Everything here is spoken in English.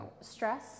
Stress